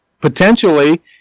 potentially